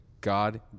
God